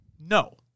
no